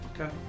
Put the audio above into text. okay